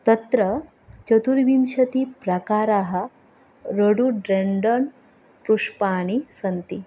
तत्र चतुर्विंशतिप्रकाराः रोडोड्रेण्डन् पुष्पाणि सन्ति